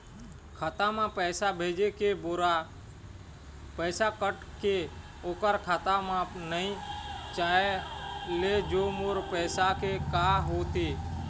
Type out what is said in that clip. खाता म पैसा भेजे के बेरा पैसा कट के ओकर खाता म नई जाय ले मोर पैसा के का होही?